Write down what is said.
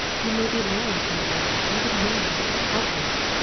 he may be lying somewhere even now helpless.